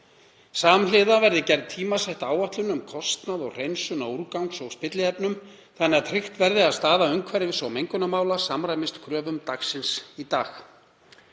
Samhliða verði gerð tímasett áætlun um kostnað og hreinsun á úrgangs- og spilliefnum þannig að tryggt verði að staða umhverfis- og mengunarmála samræmist kröfum dagsins í dag.